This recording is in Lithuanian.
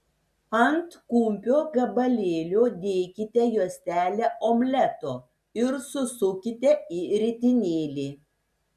ant kumpio gabalėlio dėkite juostelę omleto ir susukite į ritinėlį